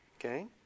Okay